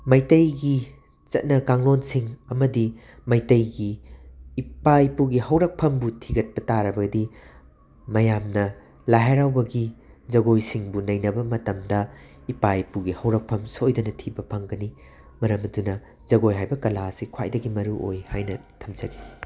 ꯃꯩꯇꯩꯒꯤ ꯆꯠꯅ ꯀꯥꯡꯂꯣꯟꯁꯤꯡ ꯑꯃꯗꯤ ꯃꯩꯇꯩꯒꯤ ꯏꯄꯥ ꯏꯄꯨꯒꯤ ꯍꯧꯔꯛꯐꯝꯕꯨ ꯊꯤꯒꯠꯄ ꯇꯥꯔꯕꯗꯤ ꯃꯌꯥꯝꯅ ꯂꯥꯏ ꯍꯔꯥꯎꯕꯒꯤ ꯖꯒꯣꯏꯁꯤꯡꯕꯨ ꯅꯩꯅꯕ ꯃꯇꯝꯗ ꯏꯄꯥ ꯏꯄꯨꯒꯤ ꯍꯧꯔꯛꯐꯝ ꯁꯣꯏꯗꯅ ꯊꯤꯕ ꯐꯪꯒꯅꯤ ꯃꯔꯝ ꯑꯗꯨꯅ ꯖꯒꯣꯏ ꯍꯥꯏꯕ ꯀꯂꯥ ꯑꯁꯤ ꯈ꯭ꯋꯥꯏꯗꯒꯤ ꯃꯔꯨꯑꯣꯏ ꯍꯥꯏꯅ ꯊꯝꯖꯒꯦ